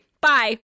Bye